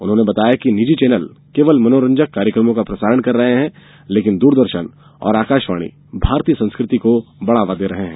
उन्होंने बताया कि निजी चैनल केवल मनोरंजक कार्यक्रमों का प्रसारण कर रहे हैं लेकिन दूरदर्शन और आकाशवाणी भारतीय संस्कृति को बढ़ावा दे रहे हैं